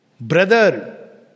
brother